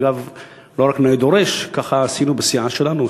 אגב, לא רק נאה דורש: ככה עשינו בסיעה שלנו.